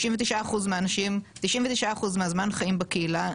99% מהזמן חיים בקהילה.